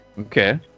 Okay